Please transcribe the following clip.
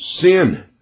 sin